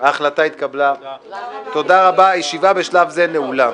ההחלטה בקשה בדבר התפלגות סיעת המחנה הציוני,